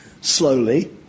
slowly